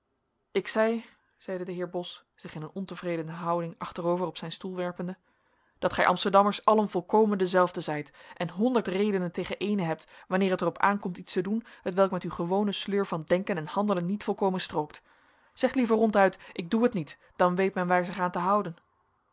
ik zei zeide de heer bos zich in een ontevredene houding achterover op zijn stoel werpende dat gij amsterdammers allen volkomen dezelfden zijt en honderd redenen tegen eene hebt wanneer het er op aankomt iets te doen hetwelk met uw gewone sleur van denken en handelen niet volkomen strookt zeg liever ronduit ik doe het niet dan weet men waar zich aan te houden